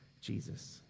Jesus